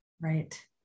Right